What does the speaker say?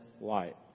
light